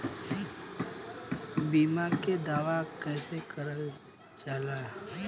बीमा के दावा कैसे करल जाला?